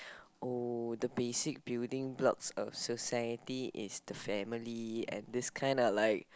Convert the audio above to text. oh the basic building blocks of society is the family and this kind of like